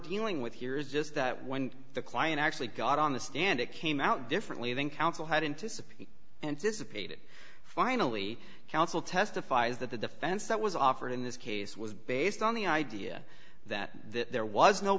dealing with here is just that when the client actually got on the stand it came out differently than counsel had and to subpoena anticipated finally counsel testifies that the defense that was offered in this case was based on the idea that there was no